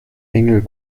engel